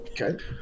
Okay